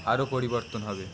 আরও পরিবর্তন হবে